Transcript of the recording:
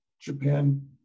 Japan